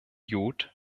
iod